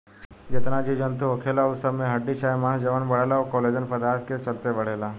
जेतना जीव जनतू होखेला उ सब में हड्डी चाहे मांस जवन बढ़ेला उ कोलेजन पदार्थ के चलते बढ़ेला